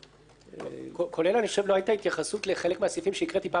גם לא היתה התייחסות לחלק מהסעיפים שהקראתי בפעם שעברה,